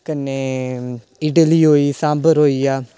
कन्नै इडली होई सांभर होई गेआ